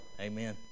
Amen